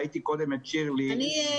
וראיתי קודם את שירלי רימון,